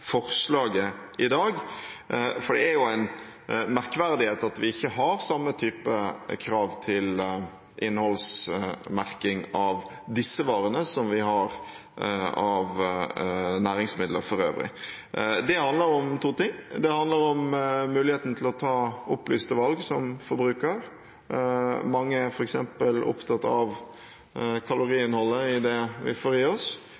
forslaget i dag, for det er jo en merkverdighet at vi ikke har samme type krav til innholdsmerking av disse varene som vi har til næringsmidler for øvrig. Det handler om to ting. Det handler om muligheten til å ta opplyste valg som forbruker – mange er f.eks. opptatt av kaloriinnholdet i det vi får i oss